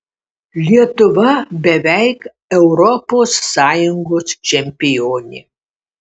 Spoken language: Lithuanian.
lietuva beveik europos sąjungos čempionė